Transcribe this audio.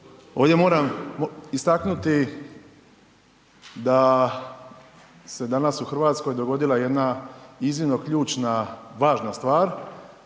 Ovdje moram istaknuti da se danas u Hrvatskoj dogodila jedna iznimno ključna važna stvar,